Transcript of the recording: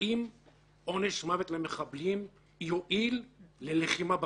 האם עונש מוות למחבלים יועיל ללחימה בטרור?